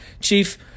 chief